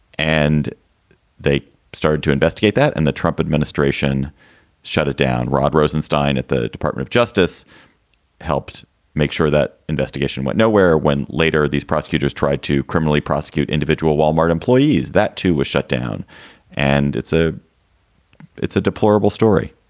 and they started to investigate that and the trump administration shut it down. rod rosenstein at the department of justice helped make sure that investigation went nowhere when. later, these prosecutors tried to criminally prosecute individual wal-mart employees. that, too, was shut down and it's a it's a deplorable story.